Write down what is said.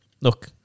look